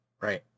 Right